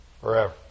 forever